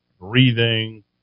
breathing